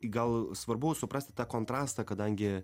gal svarbu suprasti tą kontrastą kadangi